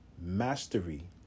Mastery